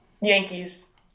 Yankees